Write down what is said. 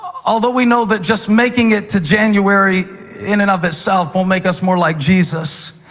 although we know that just making it to january in and of itself won't make us more like jesus,